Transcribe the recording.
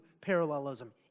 parallelism